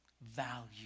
value